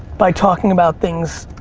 by talking about things